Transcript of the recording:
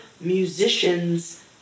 musician's